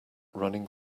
running